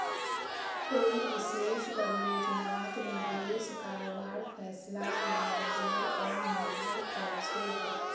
कोई विशेष परियोजनात निवेश करवार फैसला लागतेर पर निर्भर करछेक